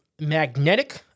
magnetic